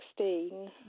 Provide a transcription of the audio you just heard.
2016